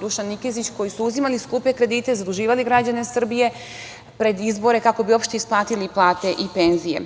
Dušan Nikezić, koji su uzimali skupe kredite, zaduživali građane Srbije pred izbore, kako bi uopšte isplatili plate i penzije.